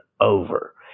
over